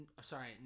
sorry